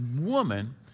woman